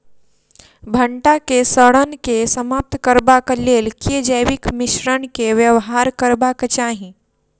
भंटा केँ सड़न केँ समाप्त करबाक लेल केँ जैविक मिश्रण केँ व्यवहार करबाक चाहि?